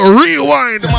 rewind